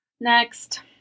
next